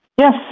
Yes